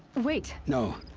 wait! no.